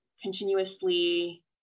continuously